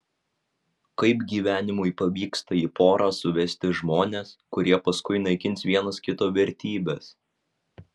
kaip gyvenimui pavyksta į porą suvesti žmones kurie paskui naikins vienas kito vertybes